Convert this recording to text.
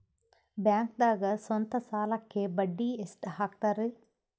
ಬ್ಯಾಂಕ್ದಾಗ ಸ್ವಂತ ಸಾಲಕ್ಕೆ ಬಡ್ಡಿ ಎಷ್ಟ್ ಹಕ್ತಾರಿ?